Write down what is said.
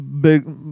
Big